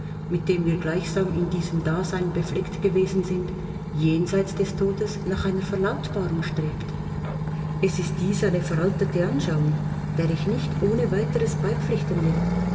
mit dem wir gleichsam in diesem dasein befleckt gewesen sind jenseits des todes nach einer verlautbarung strebt es ist dies eine veraltete anschauung der ich nicht ohne weiteres beipflichten will